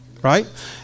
right